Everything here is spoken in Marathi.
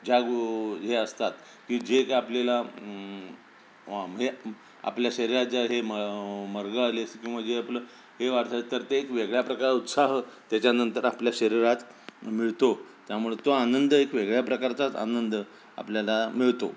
ज्याग हे असतात की जे का आपल्याला म्हणजे आपल्या शरीराच्या हे मरगळ आले असते किंवा जे आपलं हे वाढत तर ते एक वेगळ्या प्रकार उत्साह त्याच्यानंतर आपल्या शरीरात मिळतो त्यामुळे तो आनंद एक वेगळ्या प्रकारचाच आनंद आपल्याला मिळतो